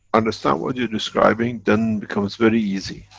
understand what you're describing, then becomes very easy.